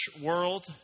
world